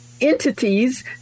entities